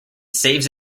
saves